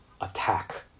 attack